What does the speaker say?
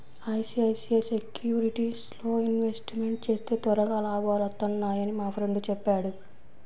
ICICI సెక్యూరిటీస్లో investment చేస్తే త్వరగా లాభాలొత్తన్నయ్యని మా ఫ్రెండు చెప్పాడు